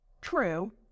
True